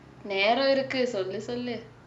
நேரோ இருக்கு சொல்லு சொல்லு:nero irukku sollu sollu